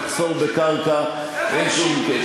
ומחסור בקרקע אין שום קשר.